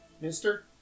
Mister